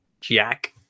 jack